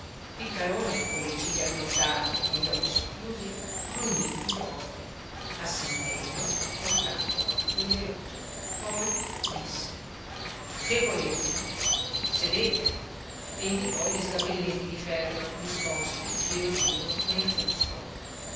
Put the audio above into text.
piccarone con le ciglia aggrottate e gli occhi socchiusi grugnì più volte assentendo col capo a quegli elogi poi disse che volete sedete e indicò gli sgabelletti di ferro disposti giro giro nel chiosco